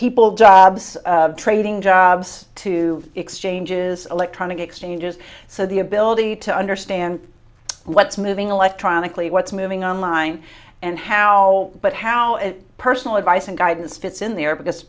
people jobs trading jobs to exchanges electronic exchanges so the ability to understand what's moving electronically what's moving on line and how but how personal advice and guidance fits in there because